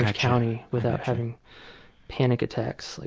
county without having panic attacks, like